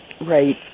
right